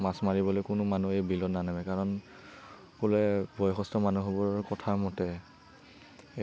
মাছ মাৰিবলৈ কোনো মানুহ এই বিলত নানামে কাৰণ বোলে বয়সস্থ মানুহবোৰৰ কথামতে